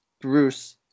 bruce